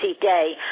day